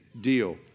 deal